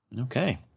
Okay